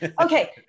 Okay